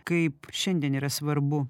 kaip šiandien yra svarbu